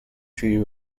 three